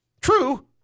True